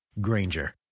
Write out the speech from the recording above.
granger